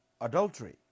adultery